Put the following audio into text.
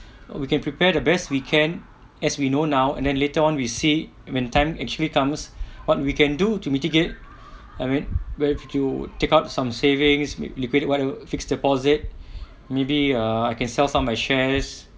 we can prepare the best we can as we know now and then later on we see when time actually comes what we can do to mitigate I mean where to take out some savings liquidate whatever fixed deposit maybe uh I can sell some my shares